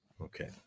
Okay